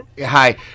hi